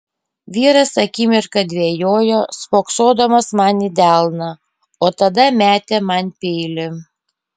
vyras akimirką dvejojo spoksodamas man į delną o tada metė man peilį